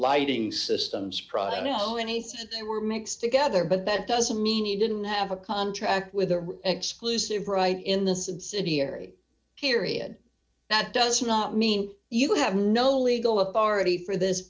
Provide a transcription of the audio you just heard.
lighting systems product know anything they were mixed together but that doesn't mean you didn't have a contract with the exclusive right in the subsidiary period that does not mean you have no legal authority for this